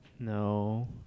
No